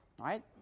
right